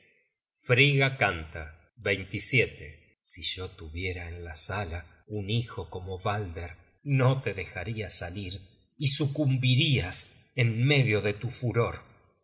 frigga canta si yo tuviera en la sala un hijo como ralder no te dejaria salir y sucumbirias en medio de tu furor